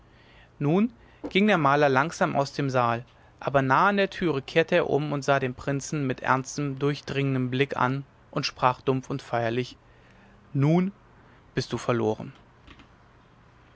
nun ging der maler langsam aus dem saal aber nah an der türe kehrte er um sah den prinzen an mit ernstem durchdringendem blick und sprach dumpf und feierlich nun bist du verloren